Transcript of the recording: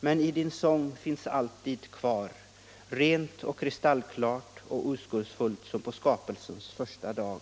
Men i din sång finns allting kvar, rent och kristallklart och oskuldsfullt som på skapelsens första dag.